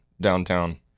downtown